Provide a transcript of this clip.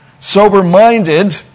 Sober-minded